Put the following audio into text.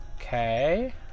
Okay